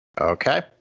Okay